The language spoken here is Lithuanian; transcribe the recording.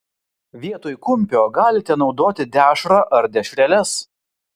vietoj kumpio galite naudoti dešrą ar dešreles